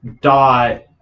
dot